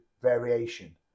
variation